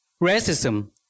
racism